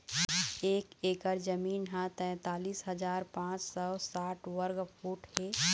एक एकर जमीन ह तैंतालिस हजार पांच सौ साठ वर्ग फुट हे